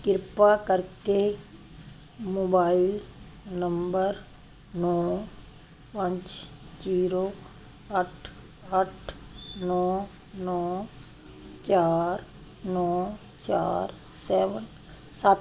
ਕਿਰਪਾ ਕਰਕੇ mobile number ਨੌ ਪੰਜ ਜ਼ੀਰੋ ਅੱਠ ਅੱਠ ਨੌ ਨੌ ਚਾਰ ਨੌ ਚਾਰ ਸੱਤ